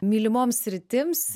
mylimoms sritims